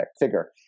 figure